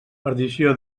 perdició